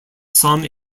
some